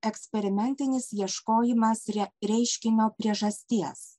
eksperimentinis ieškojimas rei reiškinio priežasties